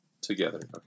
together